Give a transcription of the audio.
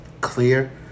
clear